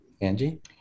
Angie